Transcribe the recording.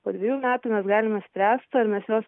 po dvejų metų mes galime spręst ar mes juos